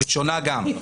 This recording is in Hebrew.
ראשונה גם.